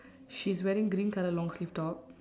she's wearing green colour long sleeve top